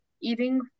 eating